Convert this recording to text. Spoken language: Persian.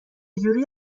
جوری